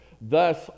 thus